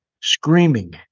screaming